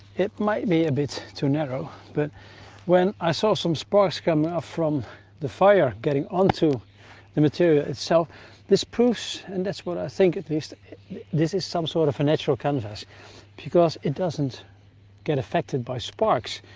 it might be a bit too narrow but when i saw some sparks come from the fire getting onto the material itself this proof and that's what i think at least this is some sort of a natural canvas because it doesn't get affected by sparks.